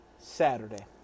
Saturday